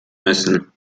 müssen